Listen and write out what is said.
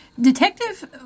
Detective